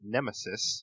Nemesis